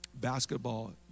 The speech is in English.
basketball